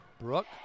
Brooke